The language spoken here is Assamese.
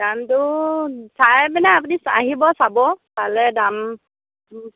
দামটো চাই মানে আপুনি আহিব চাব পালে দাম